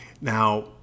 Now